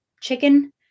chicken